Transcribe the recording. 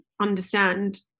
understand